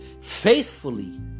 Faithfully